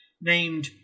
named